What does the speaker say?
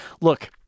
Look